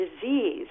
disease